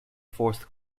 fourth